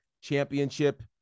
championship